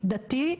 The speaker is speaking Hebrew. דתי,